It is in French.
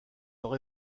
leur